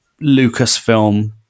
Lucasfilm